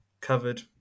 covered